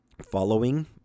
following